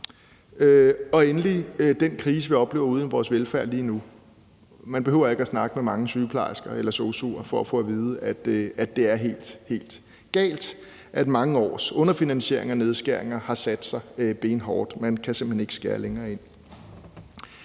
er der den krise, vi oplever ude i vores velfærd lige nu. Man behøver ikke at snakke med mange sygeplejersker eller sosu'er for at få at vide, at det er helt, helt galt, og at mange års underfinansiering og nedskæringer har sat sig benhårdt. Man kan simpelt hen ikke skære længere ind.